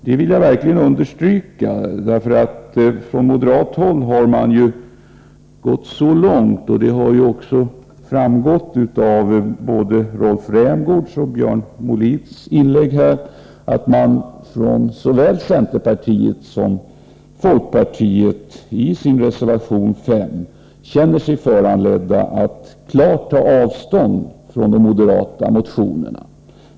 Det vill jag verkligen understryka. Från moderat håll har man ju gått så långt — det har framgått både av Rolf Rämgårds och av Björn Molins inlägg här — att såväl centerpartiet som folkpartiet i sin reservation 5 känner sig föranledda att klart ta avstånd från de moderata motionerna.